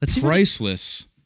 priceless